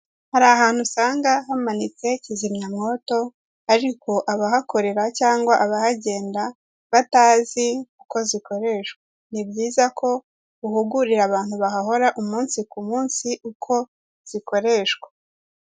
Hari ahantu usanga hamanitse kizimyamwoto, ariko abahakorera cyangwa abahagenda batazi uko zikoreshwa. Ni byiza ko uhugurira abantu bahahora umunsi ku munsi, uko zikoreshwa.